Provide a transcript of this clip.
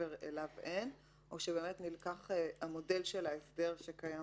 שמעבר לו אין או נלקח המודל של ההסדר שקיים